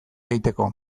egiteko